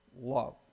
Love